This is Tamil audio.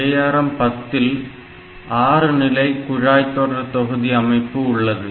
ARM10 இல் 6 நிலை குழாய்தொடர்தொகுதி அமைப்பு உள்ளது